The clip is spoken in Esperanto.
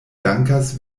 dankas